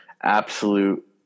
Absolute